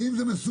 ואם זה מסוכן,